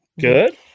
good